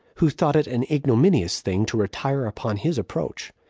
who thought it an ignominious thing to retire upon his approach,